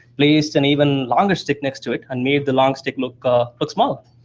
placed an even longer stick next to it and made the long stick look ah look small.